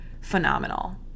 phenomenal